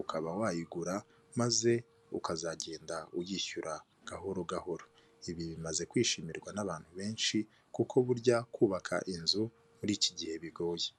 ukaba wayigura maze ukazagenda uyishyura gahoro gahoro. Ibi bimaze kwishimirwa n'abantu benshi kuko burya kubaka inzu muri iki gihe bigoye.